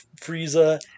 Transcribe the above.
frieza